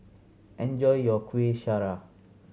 enjoy your Kueh Syara